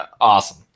awesome